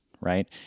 right